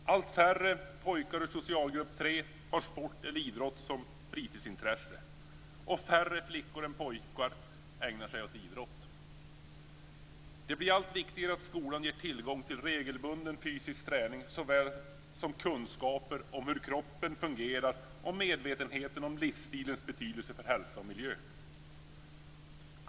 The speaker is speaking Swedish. Allt färre pojkar ur socialgrupp tre har sport eller idrott som fritidsintresse, och färre flickor än pojkar ägnar sig åt idrott. Det blir allt viktigare att skolan ger tillgång till såväl regelbunden fysisk träning som kunskaper om hur kroppen fungerar och medvetenhet om livsstilens betydelse för hälsa och miljö.